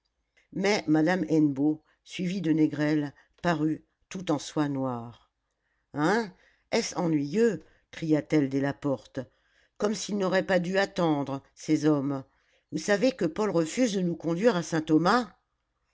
mais madame hennebeau suivie de négrel parut toute en soie noire hein est-ce ennuyeux cria-t-elle dès la porte comme s'ils n'auraient pas dû attendre ces hommes vous savez que paul refuse de nous conduire à saint-thomas